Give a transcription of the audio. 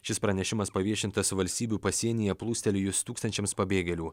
šis pranešimas paviešintas valstybių pasienyje plūstelėjus tūkstančiams pabėgėlių